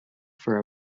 for